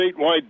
statewide